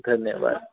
धन्यवाद